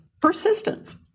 Persistence